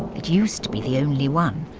it used to be the only one.